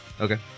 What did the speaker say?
Okay